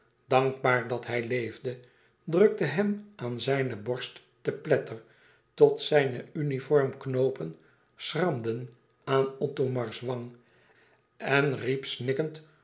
dankbaar dat hij leefde drukte hem aan zijne borst te pletter tot zijne uniformknoopen schramden aan othomars wang en riep